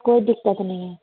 कोई दिक्कत नहीं है